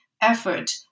effort